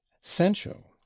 sancho